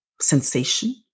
sensation